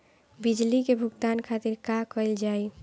बिजली के भुगतान खातिर का कइल जाइ?